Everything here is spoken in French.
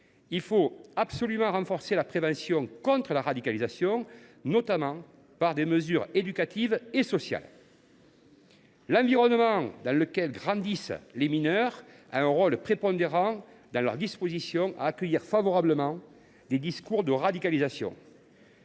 Il faut absolument renforcer la prévention contre la radicalisation, notamment par des mesures éducatives et sociales. L’environnement dans lequel grandissent les mineurs joue un rôle prépondérant dans leur disposition à accueillir favorablement ou non des discours de radicalisation.